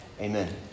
amen